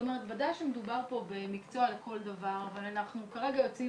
ודאי שמדובר פה במקצוע לכל דבר אבל כרגע אנחנו יוצאים